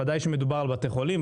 בוודאי כשמדובר בבתי חולים,